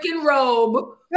robe